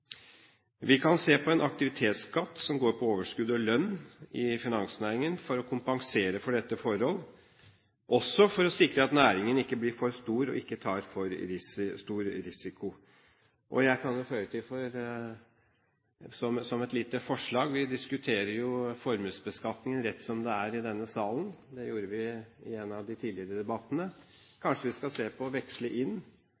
Vi kan se på en aktivitetsskatt på overskudd og lønn i finansnæringen for å kompensere for dette forhold, også for å sikre at næringen ikke blir for stor og ikke tar for stor risiko. Jeg kan jo føye til som et lite forslag: Vi diskuterer formuesbeskatningen rett som det er i denne salen. Det gjorde vi i en av de tidligere debattene.